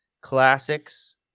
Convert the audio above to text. classics